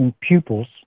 pupils